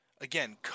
again